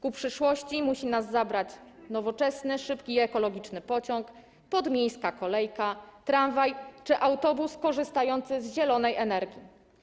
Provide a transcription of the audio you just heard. Ku przyszłości musi nas zabrać nowoczesny, szybki i ekologiczny pociąg, podmiejska kolejka, tramwaj czy autobus korzystający z zielonej energii.